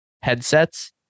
headsets